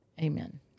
Amen